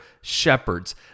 shepherds